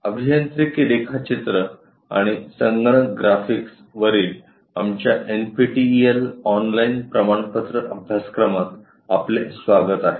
अभियांत्रिकी रेखाचित्र आणि संगणक ग्राफिक्स वरील आमच्या एनपीटीईएल ऑनलाईन प्रमाणपत्र अभ्यासक्रमात आपले स्वागत आहे